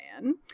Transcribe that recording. Man